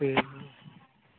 ठीक